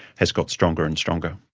has got stronger and stronger.